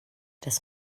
das